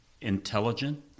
intelligent